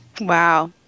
Wow